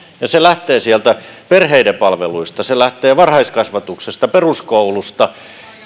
se lähtee sieltä perheiden palveluista se lähtee varhaiskasvatuksesta peruskoulusta